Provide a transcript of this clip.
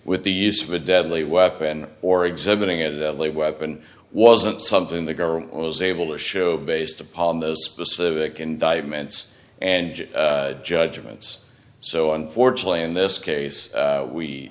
with the use of a deadly weapon or exhibiting a deadly weapon wasn't something the government was able to show based upon those specific indictments and judgments so unfortunately in this case